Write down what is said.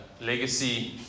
legacy